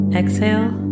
exhale